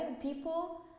people